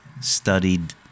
studied